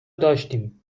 داشتیم